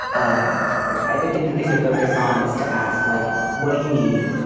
um i think the thing to focus on is to ask, like, what do you need?